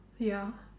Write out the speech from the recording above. ya